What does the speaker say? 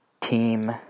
team